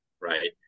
right